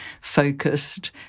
focused